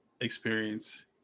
experience